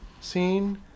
scene